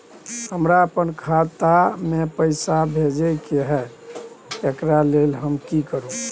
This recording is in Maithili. हमरा अपन खाता में पैसा भेजय के है, एकरा लेल हम की करू?